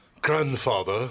Grandfather